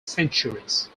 centuries